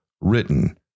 written